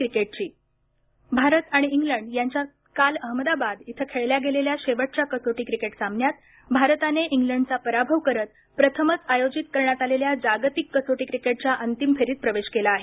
cricket Bharat आणि England यांच्यात काल अहमदाबाद इथं खेळल्या गेलेल्या शेवटच्या कसोटी क्रिकेट सामन्यात भारताने इंग्लंडचा पराभव करत प्रथमच आयोजित करण्यात आलेल्या जागतिक कसोटी क्रिकेटच्या अंतिम फेरीत प्रवेश केला आहे